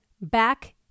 back